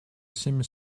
всеми